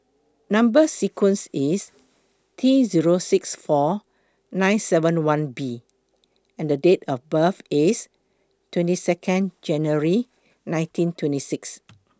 Number sequence IS T three Zero six four nine seven one B and Date of birth IS twenty Second January nineteen twentysix